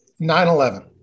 9-11